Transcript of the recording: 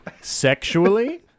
sexually